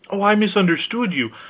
oh, i misunderstood you.